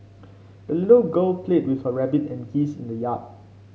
the little girl played with her rabbit and geese in the yard